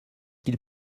qu’il